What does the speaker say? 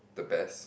the best